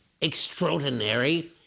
extraordinary